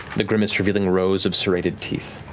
the grimace revealing rows of serrated teeth.